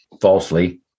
falsely